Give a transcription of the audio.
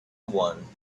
one